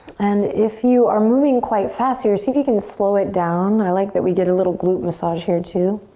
and if you are moving quite fast here, see if you can slow it down. i like that we get a little glute massage here, too.